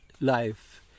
life